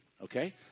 Okay